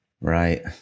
Right